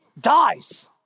dies